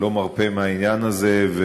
-- לא מרפה מהעניין הזה,